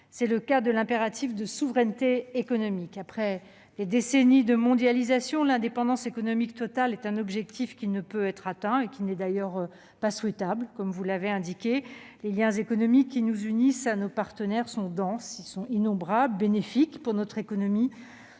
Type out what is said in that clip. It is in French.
C'est le cas de l'impératif de souveraineté économique. Après des décennies de mondialisation, l'indépendance économique totale est un objectif qui ne peut être atteint, et qui n'est pas même souhaitable. Les liens économiques qui nous unissent à nos partenaires sont denses, innombrables, bénéfiques pour notre économie,